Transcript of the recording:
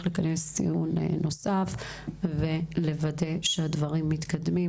עם השרים הרלוונטיים לדיון נוסף ולוודא שהדברים מתקדמים.